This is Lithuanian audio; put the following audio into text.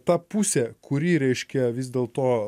ta pusė kuri reiškia vis dėlto